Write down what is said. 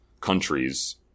countries